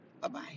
Bye-bye